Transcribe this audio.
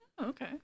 Okay